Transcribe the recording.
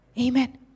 Amen